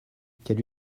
quelle